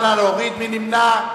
מי נמנע?